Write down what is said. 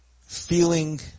feeling